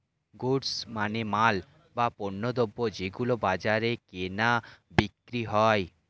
goods মানে মাল, বা পণ্যদ্রব যেগুলো বাজারে কেনা বিক্রি হয়